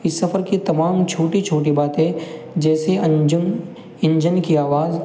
اس سفر کی تمام چھوٹی چھوٹی باتیں جیسے انجم انجن کی آواز